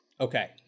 Okay